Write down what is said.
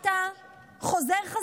ואם הם אומרים לך שחסר ציוד,